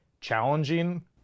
challenging